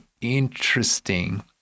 interesting